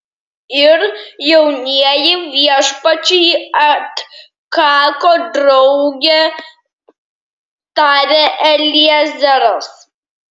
ir jaunieji viešpačiai atkako drauge tarė eliezeras